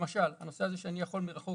למשל שאני יכול מרחוק